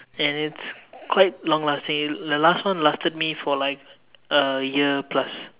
and it's quite long lasting the last one lasted for like a year plus